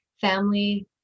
Family